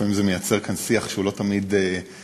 לפעמים זה מייצר כאן שיח לא תמיד הולם,